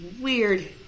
weird